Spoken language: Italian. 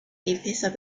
difesa